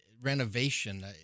Renovation